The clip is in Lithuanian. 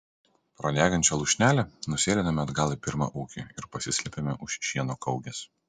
pro degančią lūšnelę nusėlinome atgal į pirmą ūkį ir pasislėpėme už šieno kaugės